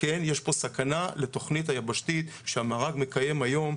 יש פה סכנה לתוכנית היבשתית שהמארג מקיים היום.